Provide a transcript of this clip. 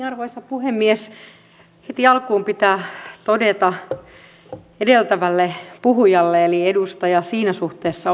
arvoisa puhemies heti alkuun pitää todeta edeltävälle puhujalle edustaja siinä suhteessa